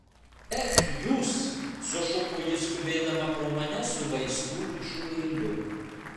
ech jūs sušuko ji skubėdama pro mane su vaistų ryšulėliu